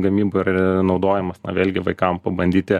gamyboj yra naudojamas na vėlgi vaikam pabandyti